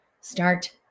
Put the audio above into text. Start